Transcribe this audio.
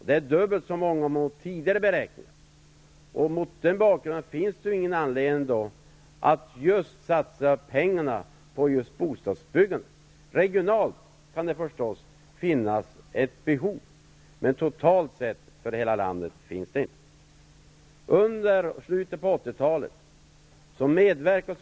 Det är dubbelt så många som enligt tidigare beräkningar. Mot den bakgrunden finns det ingen anledning att satsa pengarna på just bostadsbyggandet. Regionalt kan det förstås finnas ett behov, men totalt sett för hela landet finns det inte något sådant behov.